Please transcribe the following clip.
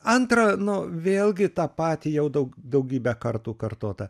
antra nu vėlgi tą patį jau daug daugybę kartų kartota